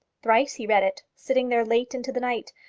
thrice he read it, sitting there late into the night.